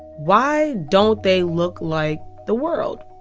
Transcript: why don't they look like the world?